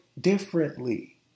differently